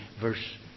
verse